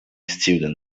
students